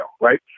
right